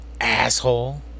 asshole